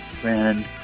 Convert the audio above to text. friend